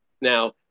now